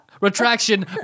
Retraction